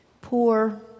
Poor